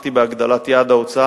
היתה מוגבלת בעבר ב-1.7%.